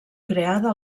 creada